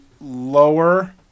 lower